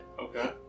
Okay